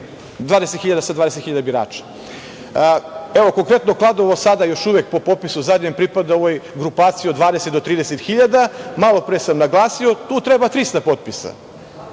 20.000 sa 20.000 birača. Evo, konkretno Kladovo sada još uvek po zadnjem popisu pripada grupaciji od 20 do 30.000, malo pre sam naglasio, tu treba 300 potpisa.